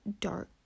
dark